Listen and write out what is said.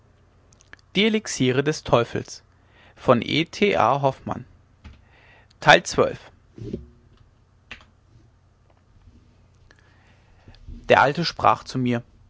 der alte sprach zu mir